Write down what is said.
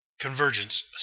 Convergence